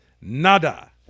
nada